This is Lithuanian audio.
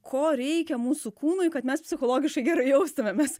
ko reikia mūsų kūnui kad mes psichologiškai gerai jaustumėmės